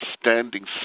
standing